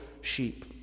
sheep